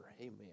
amen